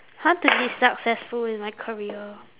how to be successful in my career